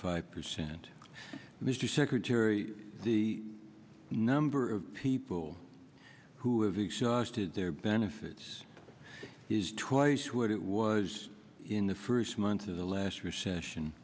five percent mr secretary the number of people who have exhausted their benefits is twice what it was in the first month of the last recession